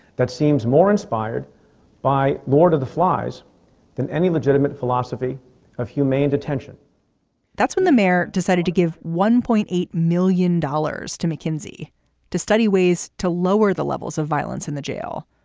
that seems more inspired by lord of the flies than any legitimate philosophy of humane detention that's when the mayor decided to give one point eight million dollars to mckinsey to study ways to lower the levels of violence in the jail,